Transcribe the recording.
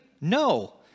No